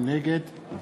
נגד